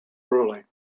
ruling